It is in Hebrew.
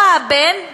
או הבן,